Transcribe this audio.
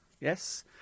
Yes